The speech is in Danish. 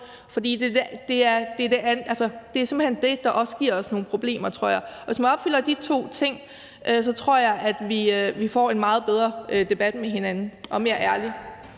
det er simpelt hen det, der også giver os nogle problemer, tror jeg. Hvis man opfylder de to ting, tror jeg vi får en meget bedre og mere ærlig